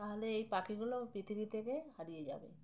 তাহলে এই পাখিগুলো পৃথিবী থেকে হারিয়ে যাবে